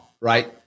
Right